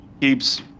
keeps